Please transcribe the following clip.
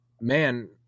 man